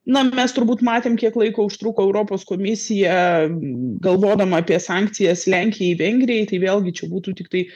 na mes turbūt matėm kiek laiko užtruko europos komisija galvodama apie sankcijas lenkijai vengrijai tai vėlgi čia būtų tiktai